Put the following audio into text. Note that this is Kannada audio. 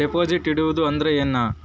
ಡೆಪಾಜಿಟ್ ಇಡುವುದು ಅಂದ್ರ ಏನ?